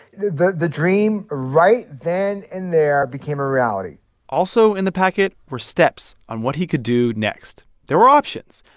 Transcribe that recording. the the dream, right then and there, became a reality also in the packet were steps on what he could do next. there were options,